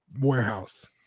warehouse